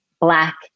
Black